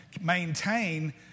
maintain